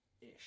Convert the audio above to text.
Ish